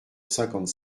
cinquante